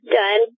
done